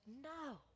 no